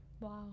Wow